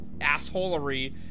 assholery